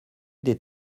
des